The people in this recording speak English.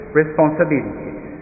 responsibilities